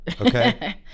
Okay